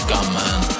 Gunman